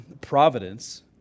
providence